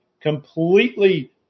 completely